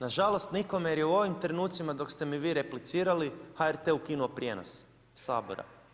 Na žalost nikome jer je u ovim trenucima dok ste mi vi replicirali HRT-e ukinuo prijenos Sabora.